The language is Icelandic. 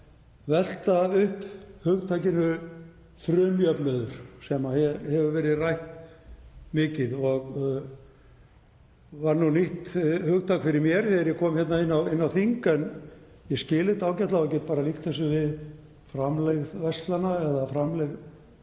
velta upp hugtakinu frumjöfnuður sem hefur verið rætt mikið. Það var nýtt hugtak fyrir mér þegar ég kom hingað inn á þing en ég skil þetta ágætlega og get bara líkt þessu við framlegð verslana eða framlegð